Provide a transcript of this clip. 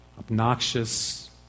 obnoxious